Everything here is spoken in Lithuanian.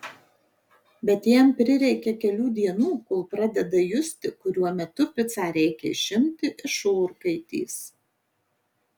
bet jam prireikia kelių dienų kol pradeda justi kuriuo metu picą reikia išimti iš orkaitės